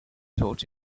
taught